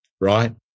right